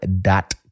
dot